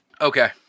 Okay